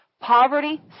poverty